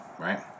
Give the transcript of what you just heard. right